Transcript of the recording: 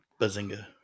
Bazinga